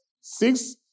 six